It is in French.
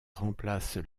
remplacent